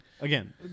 Again